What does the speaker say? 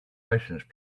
license